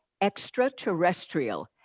Extraterrestrial